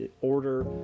order